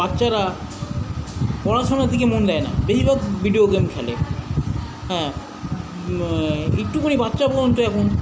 বাচ্চারা পড়াশুনার দিকে মন দেয় না বেশিরভাগ ভিডিও গেম খেলে হ্যাঁ একটুখানি বাচ্চা পর্যন্ত এখন